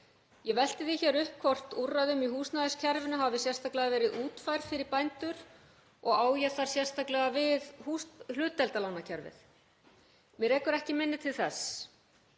Ég velti því hér upp hvort úrræði í húsnæðiskerfinu hafi sérstaklega verið útfærð fyrir bændur og á ég þar sérstaklega við hlutdeildarlánakerfið. Mig rekur ekki minni til þess.